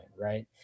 right